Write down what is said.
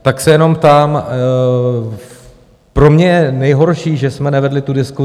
Tak se jenom ptám pro mě je nejhorší, že jsme nevedli tu diskusi.